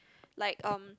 like um